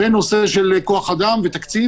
בנושא של כוח אדם ותקציב,